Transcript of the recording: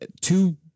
two